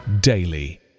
daily